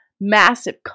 massive